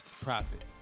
profit